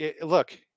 look